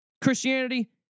christianity